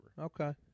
Okay